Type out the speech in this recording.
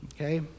Okay